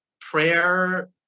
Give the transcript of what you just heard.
prayer